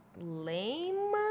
lame